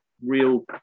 real